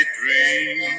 dream